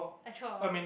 a chore